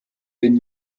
den